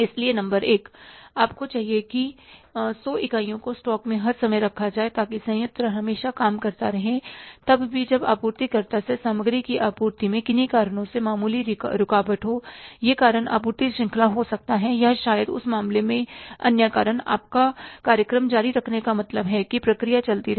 इसलिए नंबर 1 आपको चाहिए कि 100 इकाइयों को स्टॉक में हर समय रखा जाए ताकि संयंत्र हमेशा काम करता रहे तब भी जब आपूर्तिकर्ता से सामग्री की आपूर्ति में किन्हीं कारणों से मामूली रुकावट हो यह कारण आपूर्ति श्रृंखला हो सकता है या शायद उस मामले में अन्य कारण आपका कार्यक्रम जारी रखने का मतलब है कि प्रक्रिया चलती रहे